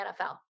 NFL